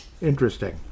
Interesting